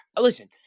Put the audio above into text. Listen